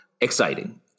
exciting